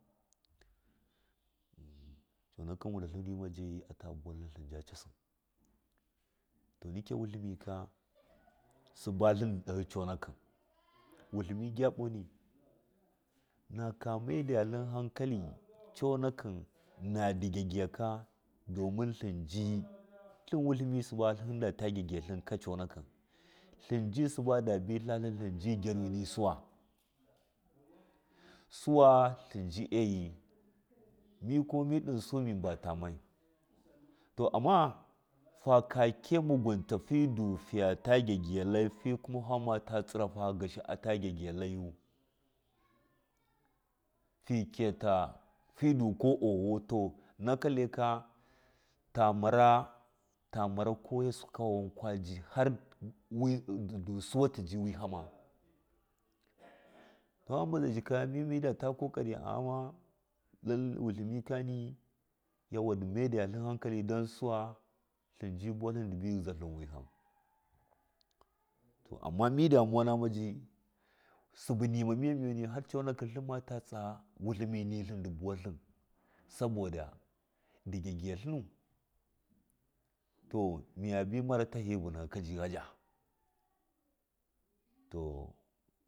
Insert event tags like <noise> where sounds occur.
<hesitation> Coonakɨn wutlatau nma jayi ata buwatlin tlinja cassɨ to nika wultlimi ka sia tlindi ɗahi coonakɨ wutlimi gyabona naƙ a maidaitlin hankali coonakɨn na ndɨgyagyiyaka domin tlinji tlin wutlimi suba da bɨi tlatlin gyaruni nisuwa, suwa tlinji agi mika kuma miɗinsdu mi baa tamai to amma faka kiga mugunta fidu figata gyagyiga cai fikuma famata tsihu gashi ata gyagyi laiyu fi kiyata fiduk oo. ho to naka laika tamara caurse ka wankwa hardu siwa tiji wɨha ma to hamba zaiji mi. mi data ɗima kokari aghama lai wullimikani ndɨ mai datlin hankali don suwo tlinji buwatlin dɨbɨ ghɨjatlin witham to amma mi demuwa nama ji sɨbu nima mɚmɚni har coonaki tlinmata tsa wutlinmi nitlimu saboda ndi gyagyiya tlinu to mɨya bi mara tahi vunahɨ kaji ghaja to.